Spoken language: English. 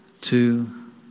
two